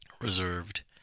reserved